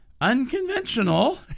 unconventional